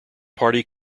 party